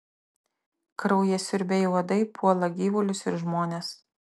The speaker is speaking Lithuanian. kraujasiurbiai uodai puola gyvulius ir žmones